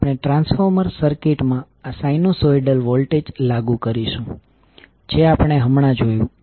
આપણે transformer circuit માં આ સાઈનુસોઇડલ વોલ્ટેજ લાગુ કરીશું જે આપણે હમણાં જોયું